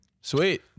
Sweet